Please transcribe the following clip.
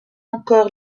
encore